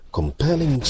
Compelling